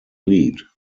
lead